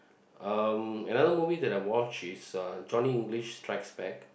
um another movie that I watch is uh Johnny-English strikes back